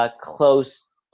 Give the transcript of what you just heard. close